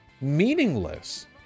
meaningless